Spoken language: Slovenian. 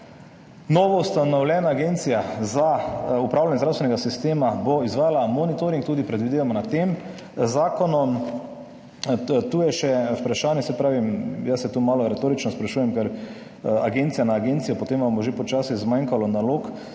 Novo ustanovljena Agencija za upravljanje zdravstvenega sistema bo izvajala monitoring, tudi predvidevamo na tem zakonom. Tu je še vprašanje, jaz se tu malo retorično sprašujem, ker agencija na agencijo, potem vam bo že počasi zmanjkalo nalog,